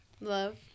Love